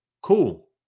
Cool